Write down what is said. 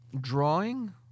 drawing